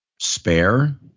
spare